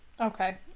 okay